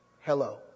Hello